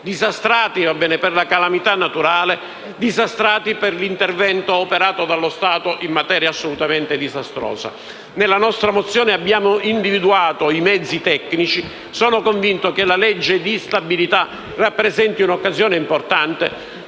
disastrati per la calamità naturale e disastrati per l'intervento operato dallo Stato in materia assolutamente disastroso. Nella nostra mozione abbiamo individuato i mezzi tecnici. Sono convinto che la legge di stabilità rappresenti una occasione importante.